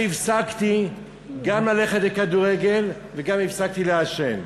ומאז אני הפסקתי גם ללכת לכדורגל וגם הפסקתי לעשן.